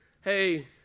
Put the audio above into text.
Hey